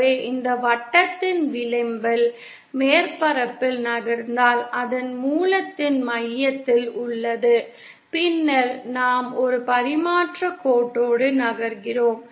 ஆகவே இந்த வட்டத்தின் விளிம்பில் மேற்பரப்பில் நகர்ந்தால் அதன் மூலத்தின் மய்யத்தில் உள்ளது பின்னர் நாம் ஒரு பரிமாற்றக் கோட்டோடு நகர்கிறோம்